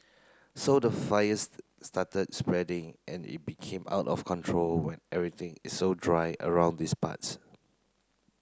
so the fire started spreading and it became out of control when everything is so dry around these parts